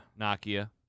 Nokia